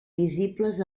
visibles